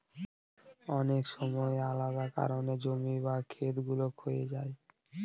অনেক সময় আলাদা কারনে জমি বা খেত গুলো ক্ষয়ে যায়